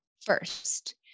first